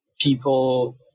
people